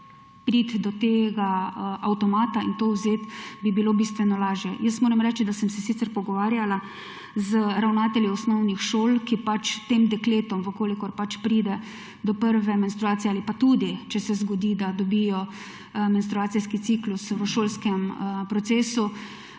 priti do tega avtomata in do vzeti, bi bilo bistveno lažje. Jaz moram reči, da sem se sicer pogovarjala z ravnatelji osnovnih šol, ki pač tem dekletom, v kolikor pač pride do prve menstruacije ali pa tudi, če se zgodi, da dobijo menstruacijski ciklus v šolskem procesu,